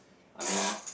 I mean